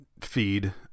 feed